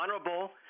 honorable